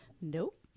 Nope